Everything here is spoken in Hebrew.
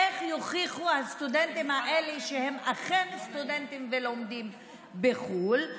איך יוכיחו הסטודנטים האלה שהם אכן סטודנטים ולומדים בחו"ל?